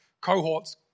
cohorts